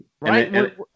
Right